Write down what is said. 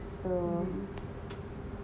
so